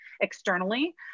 externally